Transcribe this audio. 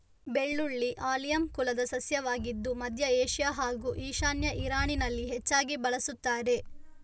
ಬೆಳ್ಳುಳ್ಳಿ ಆಲಿಯಮ್ ಕುಲದ ಸಸ್ಯವಾಗಿದ್ದು ಮಧ್ಯ ಏಷ್ಯಾ ಹಾಗೂ ಈಶಾನ್ಯ ಇರಾನಲ್ಲಿ ಹೆಚ್ಚಾಗಿ ಬಳಸುತ್ತಾರೆ